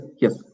yes